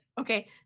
okay